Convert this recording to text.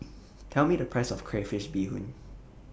Tell Me The Price of Crayfish Beehoon